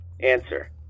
Answer